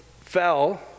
fell